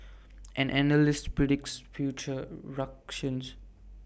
and analysts predicts future ructions